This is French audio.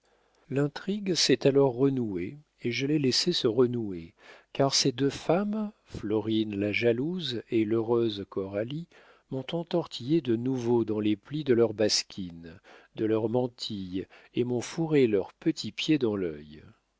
l'intrigue s'est alors renouée et je l'ai laissée se renouer car ces deux femmes florine la jalouse et l'heureuse coralie m'ont entortillé de nouveau dans les plis de leur basquine de leur mantille et m'ont fourré leurs petits pieds dans l'œil